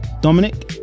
Dominic